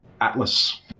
Atlas